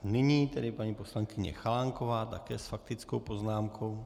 Nyní paní poslankyně Chalánková také s faktickou poznámkou.